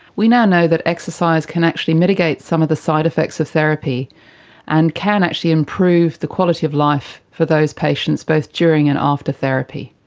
we now know that exercise can actually mitigate some of the side effects of therapy and can actually improve the quality of life for those patients, both during and after therapy.